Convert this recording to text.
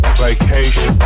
vacation